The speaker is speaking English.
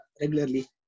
regularly